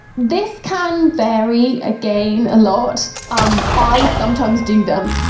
this can vary, again, a lot. um i, sometimes, do them,